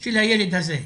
של הילד הזה,